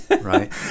right